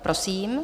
Prosím.